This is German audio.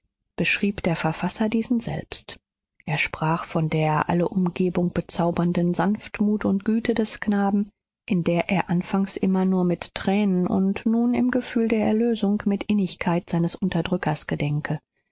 beschrieb der verfasser diesen selbst er sprach von der alle umgebung bezaubernden sanftmut und güte des knaben in der er anfangs immer nur mit tränen und nun im gefühl der erlösung mit innigkeit seines unterdrückers gedenke